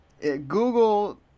Google